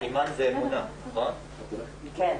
11:01.